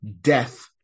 death